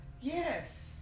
Yes